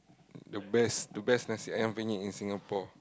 the best the best Nasi Ayam Penyet in Singapore